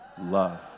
love